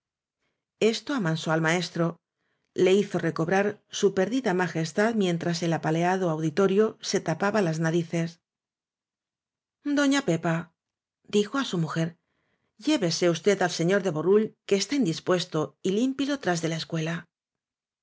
esto amansó al maestro le hizo recobrar su perdida majestad mientras el apaleado auditoriose tapaba las narices doña pepadijo á su mujer llévese usted al señor de borrull que está indispuesto y limpíelo tras de la escuela